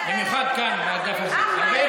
במיוחד כאן, באגף הזה.